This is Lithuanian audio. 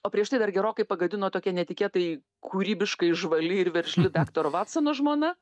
o prieš tai dar gerokai pagadino tokia netikėtai kūrybiškai žvali ir veržli daktaro vatsono žmona